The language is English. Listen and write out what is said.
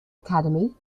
academy